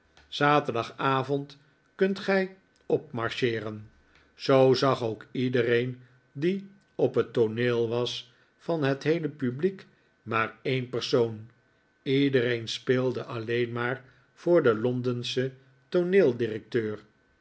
zaterdagavond kunt gij opmarcheeren zoo zag ook iedereen die op het tooneel was van het heele publiek maar een persoon iedereen speelde alleen maar voor den londenschen